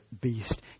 beast